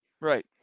right